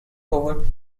over